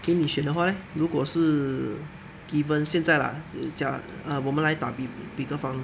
给你选的话 leh 如果是 given 现在 lah 讲我们来打比个方